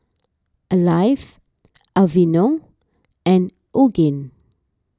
Alive Aveeno and Yoogane